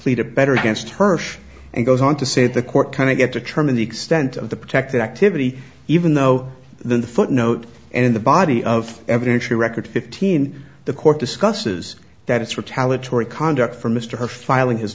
plead a better against hersh and goes on to say the court kind of get determine the extent of the protected activity even though the footnote and the body of evidence the record fifteen the court discusses that it's retaliatory conduct for mr her filing his